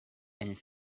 and